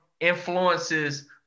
influences